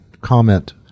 comment